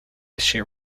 issue